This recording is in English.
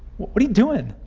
what are you doing?